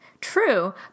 True